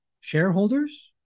shareholders